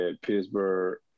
Pittsburgh